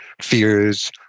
fears